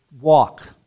walk